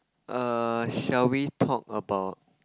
err shall we talk about